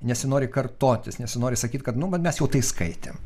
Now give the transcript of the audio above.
nesinori kartotis nesinori sakyt kad nu mes jau tai skaitėm